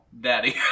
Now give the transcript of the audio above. daddy